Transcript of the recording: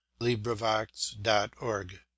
LibriVox.org